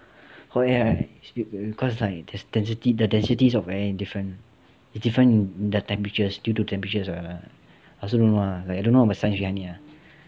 oh ya cause like there's densities the densities of air is different the difference in the temperatures due to temperatures what I also don't know lah I don't know about science ya